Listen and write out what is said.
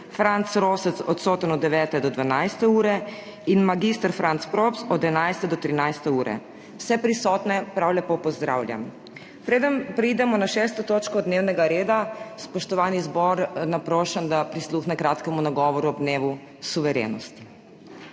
Franc Rosec od 9. do 12. ure in magister Franc Props od 11. do 13. ure. Vse prisotne prav lepo pozdravljam! Preden preidemo na 6. točko dnevnega reda, spoštovani zbor naprošam, da prisluhne kratkemu nagovoru ob dnevu suverenosti.